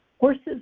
Horses